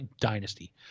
dynasty